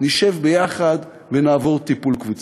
נשב ביחד ונעבור טיפול קבוצתי.